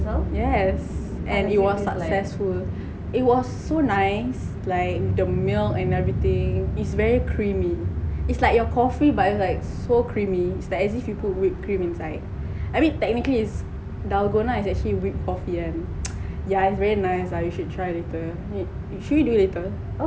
yes and it was successful it was so nice like the milk and everything it's very creamy it's like your coffee but it's like so creamy it's like at least you put whipped cream inside I mean technically is dalgona is actually whipped coffee kan yeah it's very nice ah you should try later you should do it later